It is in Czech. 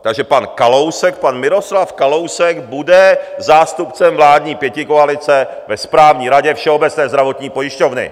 Takže pan Kalousek, pan Miroslav Kalousek, bude zástupcem vládní pětikoalice ve Správní radě Všeobecné zdravotní pojišťovny!